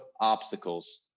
obstacles